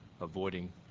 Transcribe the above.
avoiding